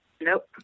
Nope